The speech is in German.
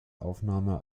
aufnahme